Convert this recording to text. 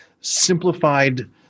simplified